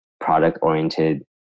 product-oriented